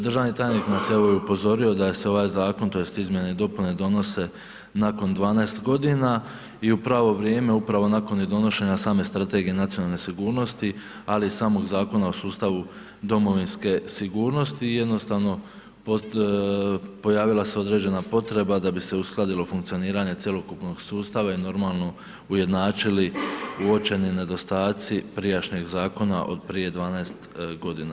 Državni tajnik nas je evo i upozorio da se ovaj zakon tj. izmjene i dopune donose nakon 12 g. i u pravo vrijeme upravo i nakon donošenja same Strategije nacionalne sigurnosti ali i samog Zakona o sustavu domovinske sigurnosti jednostavno pojavila se određena potreba da bi se uskladilo funkcioniranje cjelokupnog sustava i normalno ujednačili uočeni nedostaci prijašnjeg zakona od prije 12 godina.